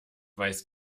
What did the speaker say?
weiß